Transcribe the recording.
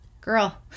girl